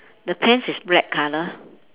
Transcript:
the pants is black colour